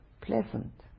pleasant